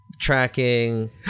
Tracking